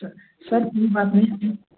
स सर नहीं